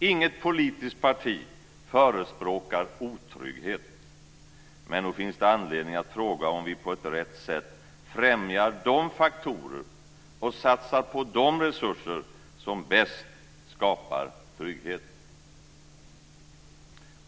Inget politiskt parti förespråkar otrygghet. Men nog finns det anledning att fråga om vi på ett rätt sätt främjar de faktorer och satsar på de resurser som bäst skapar trygghet.